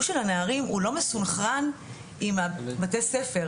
של הנערים הוא לא מסונכרן עם בתי הספר.